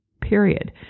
period